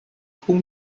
whom